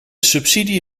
subsidie